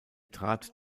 trat